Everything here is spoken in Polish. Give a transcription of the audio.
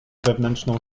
wewnętrzną